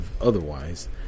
otherwise